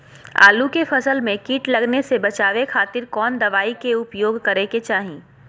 आलू के फसल में कीट लगने से बचावे खातिर कौन दवाई के उपयोग करे के चाही?